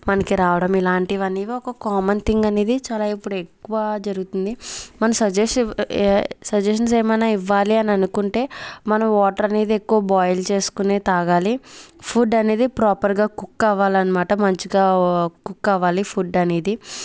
మనకి రావడం ఇలాంటివన్నీ ఒక కామన్ థింగ్ అనేది చాలా ఇప్పుడు ఎక్కువ జరుగుతుంది మన సజెక్షన్ సజెషన్స్ ఏమైనా ఇవ్వాలి అని అనుకుంటే మనం వాటర్ అనేది ఎక్కువ బాయిల్ చేసుకునే తాగాలి ఫుడ్ అనేది ప్రాపర్ గా కుక్ అవ్వాలి అన్నమాట మంచిగా కుక్ అవ్వాలి ఫుడ్ అనేది